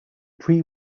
pre